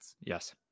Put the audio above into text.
Yes